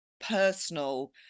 personal